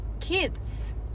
kids